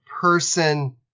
person